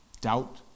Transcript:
doubt